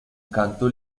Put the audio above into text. canto